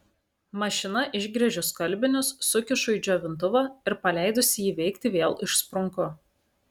mašina išgręžiu skalbinius sukišu į džiovintuvą ir paleidusi jį veikti vėl išsprunku